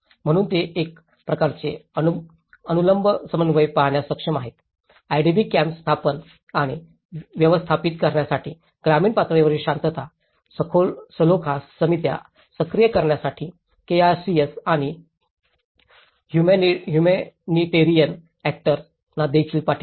म्हणून ते एक प्रकारचे अनुलंब समन्वय पाहण्यास सक्षम आहेत आयडीपी कॅम्प्से स्थापन आणि व्यवस्थापित करण्यासाठी ग्रामीण पातळीवरील शांतता सलोखा समित्या सक्रिय करण्यासाठी केआरसीएस आणि हुमनीटेरिअन अक्टर्स ना देखील पाठिंबा आहे